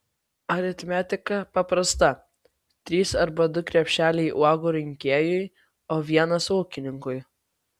aritmetika paprasta trys arba du krepšeliai uogų rinkėjui o vienas ūkininkui